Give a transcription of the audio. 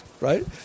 right